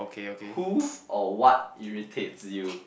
who or what irritates you